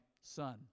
son